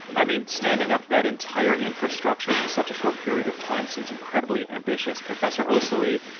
i mean, standing up that entire infrastructure in such a short period of time seems incredibly ambitious. professor osili,